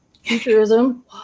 Futurism